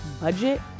budget